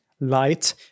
Light